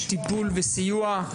טיפול וסיוע.